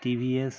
TVS